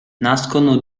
nascono